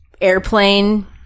airplane